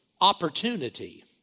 opportunity